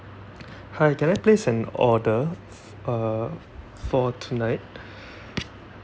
hi can I place an order uh for tonight